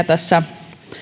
tässä